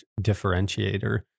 differentiator